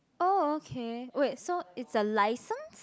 oh okay wait so it's a license